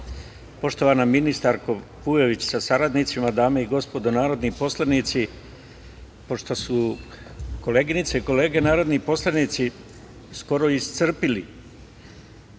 poštovana ministarko Vujović, sa saradnicima, dame i gospodo narodni poslanici, pošto su koleginice i kolege narodni poslanici skoro iscrpeli